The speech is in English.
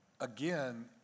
again